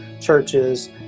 churches